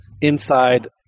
inside